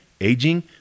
aging